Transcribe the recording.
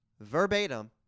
verbatim